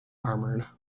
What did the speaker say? armoured